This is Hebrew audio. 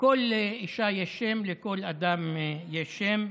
לכל אישה יש שם, לכל אדם יש שם.